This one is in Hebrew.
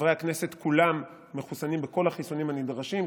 חברי הכנסת כולם מחוסנים בכל החיסונים הנדרשים,